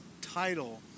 title